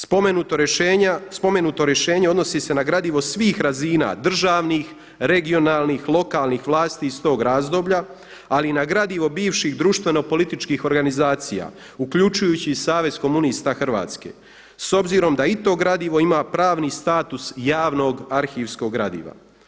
Spomenuto rješenje odnosi se na gradivo svih razina državnih, regionalnih, lokalnih vlasti iz tog razdoblja, ali i na gradivo bivših društvenopolitičkih organizacija uključujući i Savez komunista Hrvatske, s obzirom da i to gradivo ima pravni status javnog arhivskog gradiva.